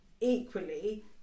equally